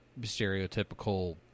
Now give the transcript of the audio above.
stereotypical